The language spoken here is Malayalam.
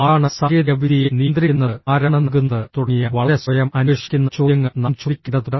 ആരാണ് സാങ്കേതികവിദ്യയെ നിയന്ത്രിക്കുന്നത് ആരാണ് നൽകുന്നത് തുടങ്ങിയ വളരെ സ്വയം അന്വേഷിക്കുന്ന ചോദ്യങ്ങൾ നാം ചോദിക്കേണ്ടതുണ്ട്